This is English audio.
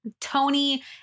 Tony